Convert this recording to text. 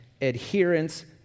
adherence